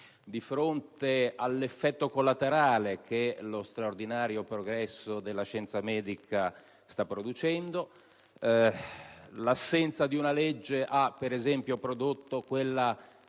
di fronte all'effetto collaterale che lo straordinario progresso della scienza medica sta producendo. L'assenza di una legge ha, per esempio, prodotto quella